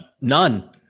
None